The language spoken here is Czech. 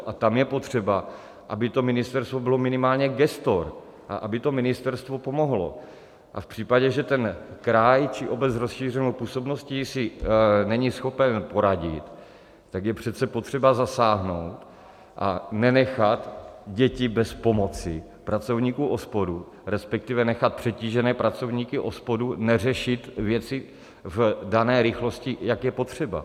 A tam je potřeba, aby ministerstvo bylo minimálně gestor a aby ministerstvo pomohlo, a v případě, že kraj či obec s rozšířenou působností není schopen poradit, tak je přece potřeba zasáhnout a nenechat děti bez pomoci pracovníků OSPOD, respektive nechat přetížené pracovníky OSPOD neřešit věci v dané rychlosti, jak je potřeba.